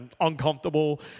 uncomfortable